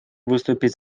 выступит